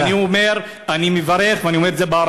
ואני אומר, אני מברך, ואני אומר את זה בערבית: